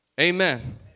Amen